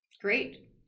Great